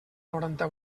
noranta